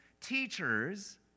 teachers